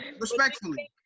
Respectfully